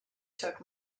took